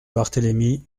barthélémy